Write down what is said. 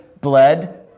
bled